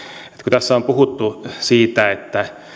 on puhuttu siitä